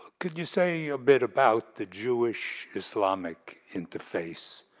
could you say a bit about the jewish-islamic interface